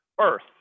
earth